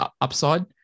upside